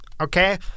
Okay